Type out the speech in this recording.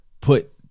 put